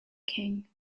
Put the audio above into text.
king